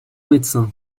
médecins